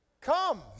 Come